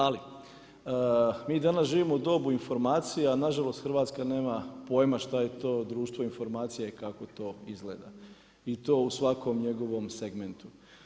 Ali mi danas živimo u dobu informacija a nažalost Hrvatska pojma nema šta je to društvo informacija i kako to izgleda i to u svakom njegovom segmentu.